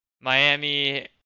Miami